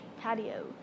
patio